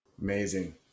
Amazing